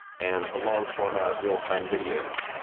and the long format, real time videos.